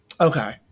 Okay